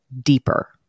deeper